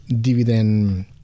dividend